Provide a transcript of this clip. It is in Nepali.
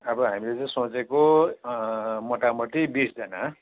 अब हामीले चाहिँ सोचेको मोटामोटी बिसजना